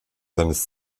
seines